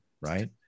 right